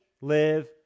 live